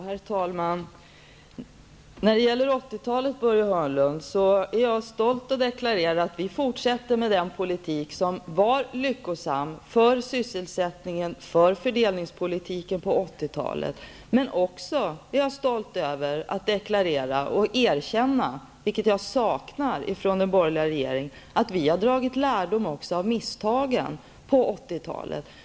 Herr talman! När det gäller 1980-talet, Börje Hörnlund, är jag stolt över att deklarera att vi fortsätter med den politik som var lyckosam för sysselsättningen och för fördelningspolitiken. Jag är också stolt över att deklarera och erkänna att vi dragit lärdom också av misstagen på 1980-talet, något som jag saknar hos den borgerliga regeringen.